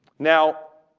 now